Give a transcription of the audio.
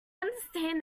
understand